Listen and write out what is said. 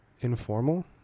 informal